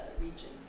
region